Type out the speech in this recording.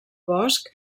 bosc